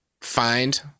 find